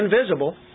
invisible